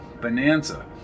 Bonanza